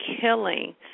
killing